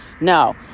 No